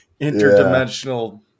interdimensional